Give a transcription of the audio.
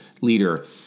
leader